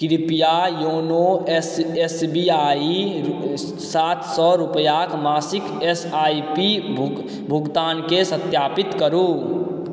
कृपया YONO S B I सात सए रुपैआक मासिक एस आई पी भुगतानके सत्यापित करू